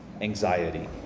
anxiety